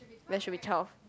there should be twelve